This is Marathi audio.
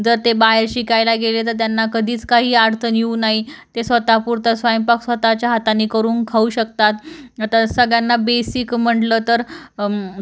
जर ते बाहेर शिकायला गेले तर त्यांना कधीच काही अडचण येऊ नये ते स्वतःपुरता स्वयंपाक स्वतःच्या हाताने करून खाऊ शकतात तर सगळ्यांना बेसिक म्हटलं तर